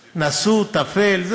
נשוא, טפל.